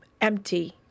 empty